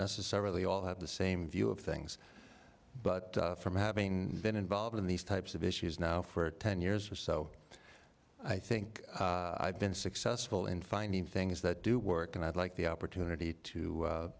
necessarily all have the same view of things but from having been involved in these types of issues now for ten years or so i think i've been successful in finding things that do work and i'd like the opportunity to